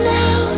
now